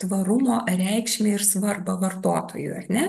tvarumo reikšmę ir svarbą vartotojui ar ne